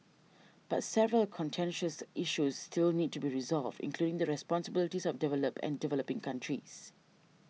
but several contentious issues still need to be resolved including the responsibilities of developed and developing countries